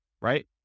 right